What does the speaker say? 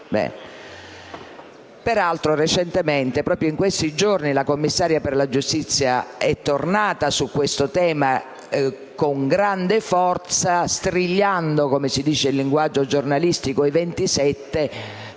Peraltro, proprio in questi giorni, la Commissaria per la giustizia è tornata su questo tema con grande forza strigliando - come si dice in linguaggio giornalistico - i 27 per